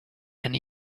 and